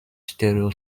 stereo